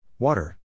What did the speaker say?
Water